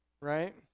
Right